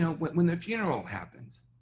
when the funeral happens,